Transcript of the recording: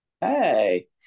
Hey